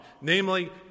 Namely